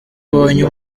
ubonye